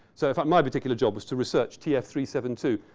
so, if my particular job was to research t f three seven two,